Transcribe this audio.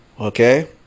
Okay